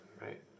right